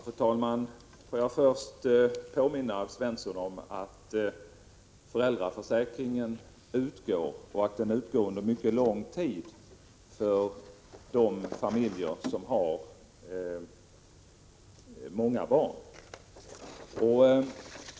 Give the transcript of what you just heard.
Fru talman! Låt mig först påminna Alf Svensson om att föräldraförsäkringen utgår under mycket lång tid till de familjer som har många barn.